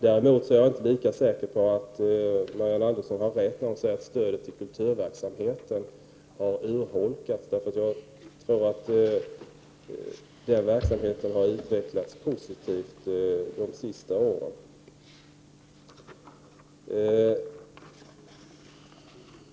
Däremot är jag inte lika säker på att Marianne Andersson har rätt när hon säger att stödet till kulturverksamheten har urholkats. Jag tror att den verksamheten har utvecklats positivt de senaste åren.